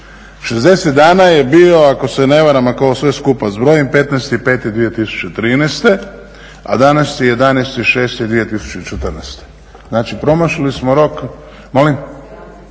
60 dana je bio ako se ne varam, ako ovo sve skupa zbrojim, 15.5.2013., a danas je 11.7.2014., znači promašili smo rok za